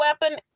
weapon